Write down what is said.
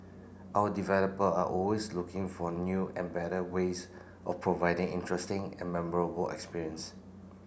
our developer are always looking for new and better ways of providing interesting and memorable experience